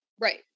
Right